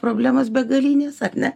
problemos begalinės ar ne